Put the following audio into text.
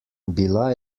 bila